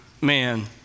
man